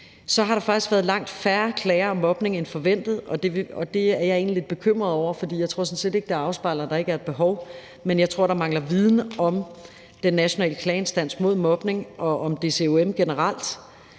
Så har der faktisk været langt færre klager om mobning end forventet, og det er jeg egentlig lidt bekymret over, for jeg tror sådan set ikke, at det afspejler, at der ikke er et behov, men jeg tror, at der mangler viden om Den Nationale Klageinstans mod Mobning og om DCUM generelt.